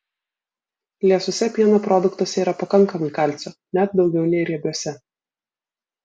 liesuose pieno produktuose yra pakankamai kalcio net daugiau nei riebiuose